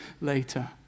later